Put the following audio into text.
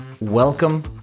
welcome